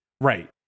Right